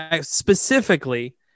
Specifically